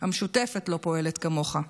המשותפת לא פועלת כמוך.